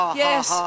yes